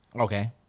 Okay